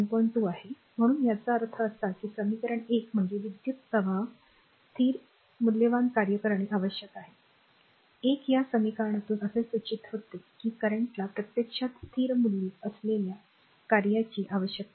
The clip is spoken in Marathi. २ आहे म्हणून याचा अर्थ असा की समीकरण 1 म्हणजे विद्युत् प्रवाह स्थिर मूल्यवान कार्य असणे आवश्यक आहे 1 या समीकरणातून असे सूचित होते की करंटला प्रत्यक्षात स्थिर मूल्य असलेल्या कार्याची आवश्यकता असते